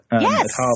Yes